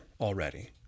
already